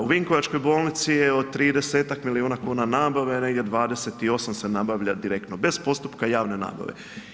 U vinkovačkoj bolnici je od 30-ak milijuna kuna nabave, negdje 28 se nabavlja direktno bez postupka javne nabave.